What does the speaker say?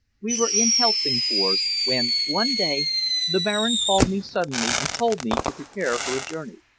we were in helsingfors, when one day the baron called me suddenly and told me to prepare for a journey.